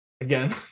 Again